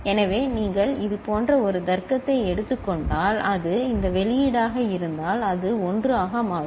எனவே நீங்கள் இது போன்ற ஒரு தர்க்கத்தை எடுத்துக் கொண்டால் அது இந்த வெளியீடாக இருந்தால் அது 1 ஆக மாறும்